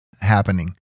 happening